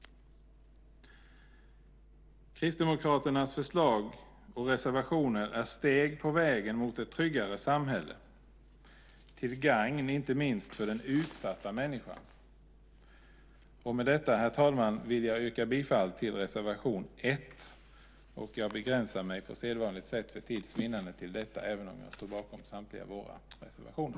Kristdemokraternas förslag och reservationer är steg på vägen mot ett tryggare samhälle - till gagn inte minst för den utsatta människan. Med detta, herr talman, vill jag yrka bifall till reservation 1. Jag begränsar mig på sedvanligt sätt för tids vinnande till denna, även om jag står bakom samtliga våra reservationer.